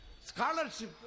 scholarship